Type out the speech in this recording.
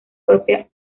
propia